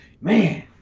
Man